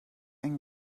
and